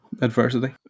adversity